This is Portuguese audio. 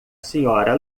sra